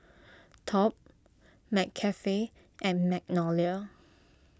Top McCafe and Magnolia